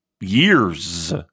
years